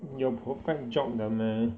有 perfect job 的 meh